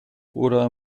oder